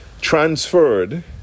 transferred